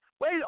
Wait